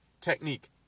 technique